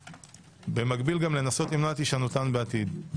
ובמקביל לנסות למנוע את הישנותן בעתיד.